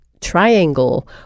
triangle